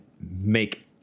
make